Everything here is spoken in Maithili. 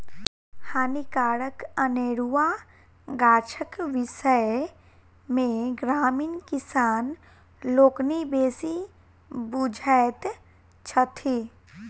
हानिकारक अनेरुआ गाछक विषय मे ग्रामीण किसान लोकनि बेसी बुझैत छथि